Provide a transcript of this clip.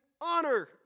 honor